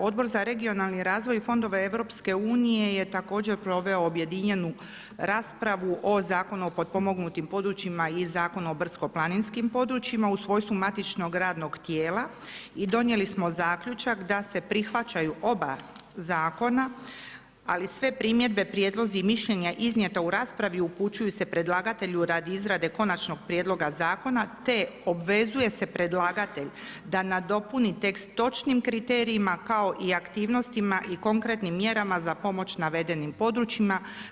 Odbor za regionalni razvoj i fondove EU-a je također proveo objedinjenu raspravu o Zakonu o potpomognutim područjima i Zakonu o brdsko-planinskim područjima o svojstvu matičnog radnog tijela i donijeli smo zaključak da se prihvaćaju oba zakona ali sve primjedbe, prijedlozi i mišljenja iznijeta u raspravi upućuju se predlagatelju radi izrade konačnog prijedloga zakona te obvezuje se predlagatelj da nadopuni tekst točnim kriterijima kao i aktivnostima i konkretnim mjerama za pomoć navedenim područjima.